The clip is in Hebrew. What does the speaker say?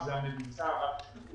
זה הממוצע הרב שנתי